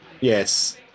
Yes